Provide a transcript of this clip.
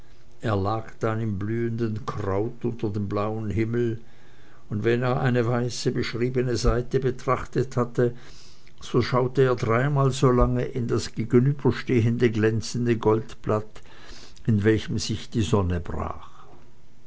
er lag dann im blühenden kraut unter dem blauen himmel und wenn er eine weiße beschriebene seite betrachtet hatte so schaute er dreimal so lange in das gegenüberstehende glänzende goldblatt in welchem sich die sonne brach